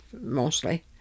mostly